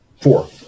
four